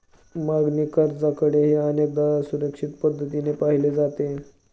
मागणी कर्जाकडेही अनेकदा असुरक्षित पद्धतीने पाहिले जाते